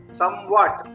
somewhat